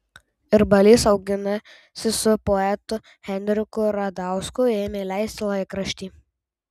ir balys auginasi su poetu henriku radausku ėmė leisti laikraštį